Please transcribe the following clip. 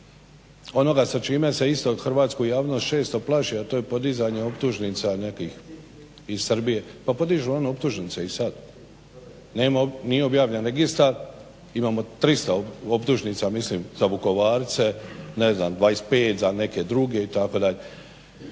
onoga sa čime se isto hrvatsku javnost često plaši, a to je podizanje optužnica nekih iz Srbije. Pa podižu oni optužnice i sad. Nije objavljen registar, imamo 300 optužnica mislim za Vukovarce, ne znam 25 za neke druge itd.